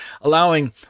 allowing